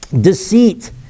deceit